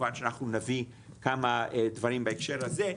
וכמובן שאנחנו נביא כמה דברים בהקשר הזה,